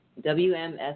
WMS